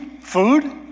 food